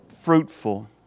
fruitful